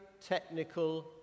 technical